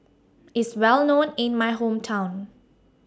IS Well known in My Hometown